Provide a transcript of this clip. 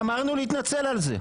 גמרנו להתנצל על זה.